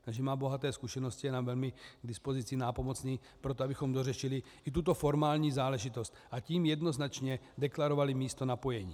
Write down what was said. Takže má bohaté zkušenosti a je nám velmi k dispozici a nápomocný pro to, abychom dořešili i tuto formální záležitost, a tím jednoznačně deklarovali místo napojení.